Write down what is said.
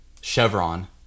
chevron